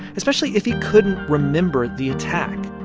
especially if he couldn't remember the attack?